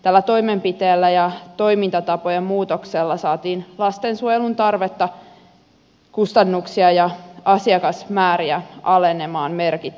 tällä toimenpiteellä ja toimintatapojen muutoksella saatiin lastensuojelun tarvetta kustannuksia ja asiakasmääriä alenemaan merkittävästi